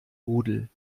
rudel